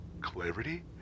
Clarity